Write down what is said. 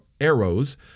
arrows